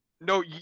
no